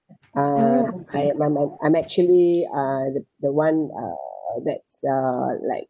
uh I my mom I'm actually uh the the one uh that's uh like